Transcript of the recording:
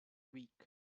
week